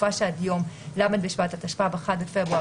בתקופה שעד יום ל' בשבט התשפ"ב (1 בפברואר